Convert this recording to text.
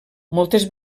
moltes